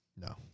No